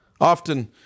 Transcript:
Often